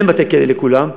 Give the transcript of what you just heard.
אין בתי-כלא לכולם,